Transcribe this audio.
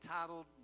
titled